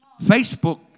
Facebook